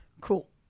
Cool